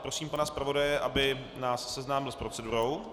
Prosím pana zpravodaje, aby nás seznámil s procedurou.